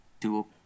dual